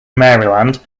maryland